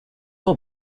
for